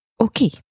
Okay